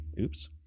oops